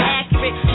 accurate